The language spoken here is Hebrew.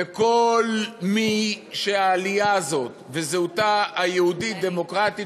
וכל מי שהעלייה הזאת וזהותה היהודית-דמוקרטית